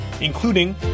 including